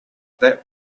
that